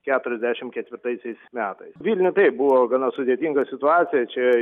keturiasdešim ketvirtaisiais metais vilniuj taip buvo gana sudėtinga situacija čia